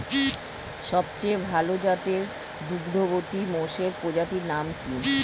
সবচেয়ে ভাল জাতের দুগ্ধবতী মোষের প্রজাতির নাম কি?